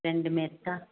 ரெண்டுமே இருக்கா